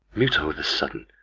mute o' the sudden!